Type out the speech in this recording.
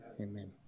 Amen